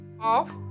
Off